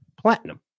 Platinum